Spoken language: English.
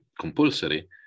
compulsory